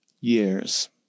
years